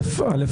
ראשית,